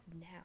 now